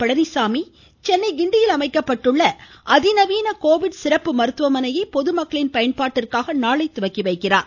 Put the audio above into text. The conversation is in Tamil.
பழனிச்சாமி சென்னை கிண்டியில் அமைக்கப்பட்டுள்ள அதிநவீன கோவிட் சிறப்பு மருத்துவமனையை பொதுமக்களின் பயன்பாட்டிற்காக நாளை தொடங்கிவைக்கிறார்